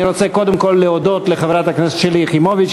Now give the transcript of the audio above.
אני רוצה קודם כול להודות לחברת הכנסת שלי יחימוביץ,